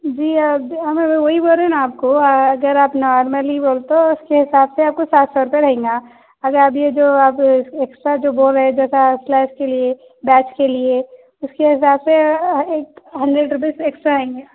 جی اب ہاں میں وہی بول رہی ہوں نا آپ کو اگر آپ نارملی بولے تو آپ کو سات سو روپئے رہیں گا اگر آپ یہ جو آپ ایکسٹرا جو بول رہے ہیں جیسا کے لیے بیچ کے لیے اس کے حساب سے ایک ہنڈریڈ روپئے ایکسٹرا آئیں گے